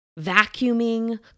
vacuuming